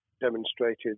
demonstrated